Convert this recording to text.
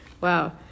wow